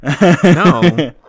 No